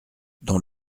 dans